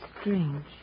strange